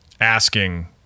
asking